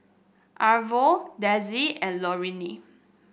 Arvo Dessie and Loraine